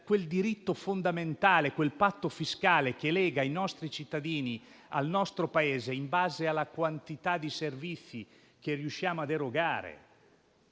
quel diritto fondamentale, quel patto fiscale che lega i nostri cittadini al nostro Paese in base alla quantità di servizi che riusciamo ad erogare.